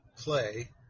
play